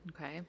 Okay